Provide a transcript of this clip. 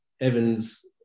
Evans